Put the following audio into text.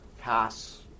pass